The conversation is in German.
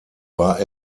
war